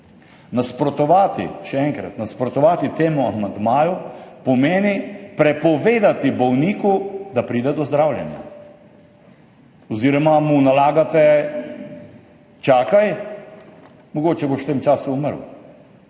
Nasprotovati, še enkrat, nasprotovati temu amandmaju pomeni prepovedati bolniku, da pride do zdravljenja. Oziroma mu nalagate: čakaj, mogoče boš v tem času umrl.